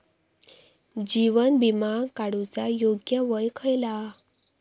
जीवन विमा काडूचा योग्य वय खयला?